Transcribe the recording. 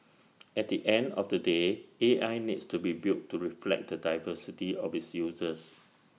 at the end of the day A I needs to be built to reflect the diversity of its users